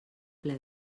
ple